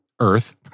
earth